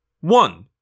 One